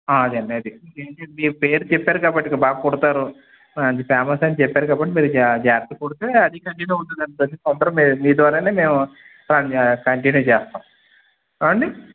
అదే అండి అది మీ పేరు చెప్పారు కాబట్టి బాగా కుడతారు మంచి ఫేమస్ అని చెప్పారు కాబట్టి మీరు జాగ్రతగా కుడితే అది కంటిన్యూ అవుతుంది అండి ప్రతి సంవత్సరం మీ ద్వారానే మేం కంటిన్యూ చేస్తాం ఏవండీ